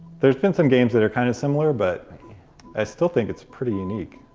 there's been some games that are kind of similar, but i still think it's pretty unique.